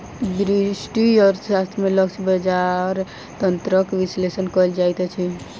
व्यष्टि अर्थशास्त्र में लक्ष्य बजार तंत्रक विश्लेषण कयल जाइत अछि